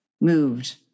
Moved